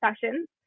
sessions